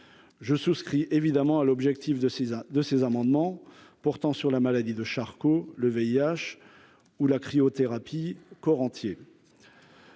je souscris évidemment à l'objectif de ces un de ces amendements portant sur la maladie de Charcot, le VIH ou la cryothérapie corps entier,